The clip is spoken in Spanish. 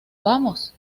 vamos